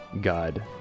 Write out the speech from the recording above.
god